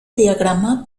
diagrama